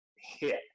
hit